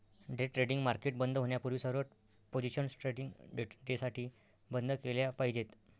day trading market बंद होण्यापूर्वी सर्व पोझिशन्स ट्रेडिंग डेसाठी बंद केल्या पाहिजेत